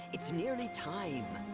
it's nearly time!